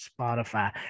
spotify